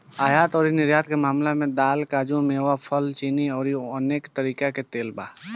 आयात अउरी निर्यात के मामला में दाल, काजू, मेवा, फल, चीनी अउरी अनेक तरीका के तेल बा